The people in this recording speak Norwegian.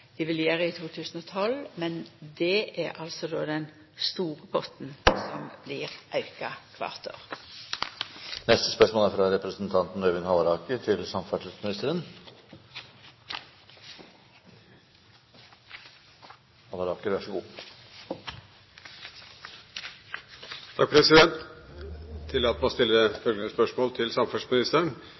vil gjera i 2012, men det er altså då den store potten som blir auka kvart år. Jeg tillater meg å stille følgende spørsmål til samferdselsministeren: